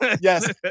Yes